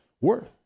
worth